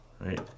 right